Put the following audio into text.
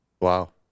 wow